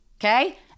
okay